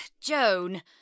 Joan